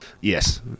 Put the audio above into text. Yes